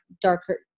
darker